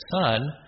son